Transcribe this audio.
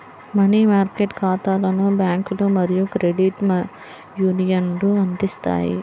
money market ఖాతాలను బ్యాంకులు మరియు క్రెడిట్ యూనియన్లు అందిస్తాయి